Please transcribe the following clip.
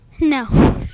No